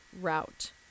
route